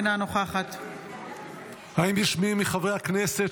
אינה נוכחת האם יש מי מחברי הכנסת